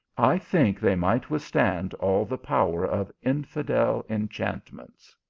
i think they might withstand all the power of infidel enchant ments.